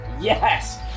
yes